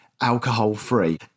alcohol-free